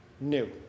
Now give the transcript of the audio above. new